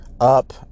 up